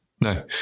No